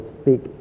speak